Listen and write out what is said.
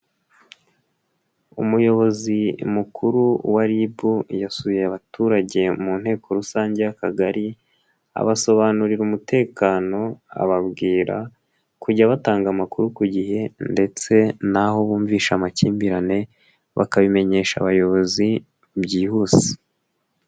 Umuyobozi mukuru wa RIB, yasuye abaturage mu nteko rusange y'Akagari, abasobanurira umutekano, ababwira kujya batanga amakuru ku gihe ndetse n'aho bumvise amakimbirane, bakabimenyesha abayobozi byihuse.